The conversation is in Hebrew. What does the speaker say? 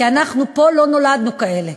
כי אנחנו פה, לא נולדנו כאלה.